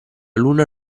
luna